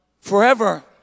forever